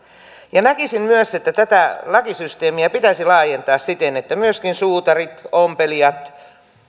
näkisin myös että tätä lakisysteemiä pitäisi laajentaa siten että myöskin suutarit ompelijat